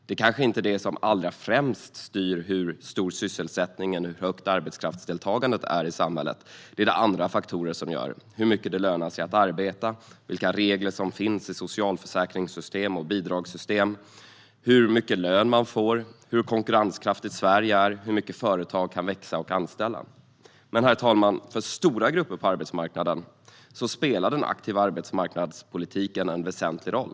Det kanske inte är det som främst styr hur stor sysselsättningen och hur högt arbetskraftsdeltagandet är i samhället, utan det är det andra faktorer som gör: hur mycket det lönar sig att arbeta, vilka regler som finns i socialförsäkrings och bidragssystem, hur mycket lön man får, hur konkurrenskraftigt Sverige är och hur mycket företag kan växa och anställa. Men, herr talman, för stora grupper på arbetsmarknaden spelar den aktiva arbetsmarknadspolitiken en väsentlig roll.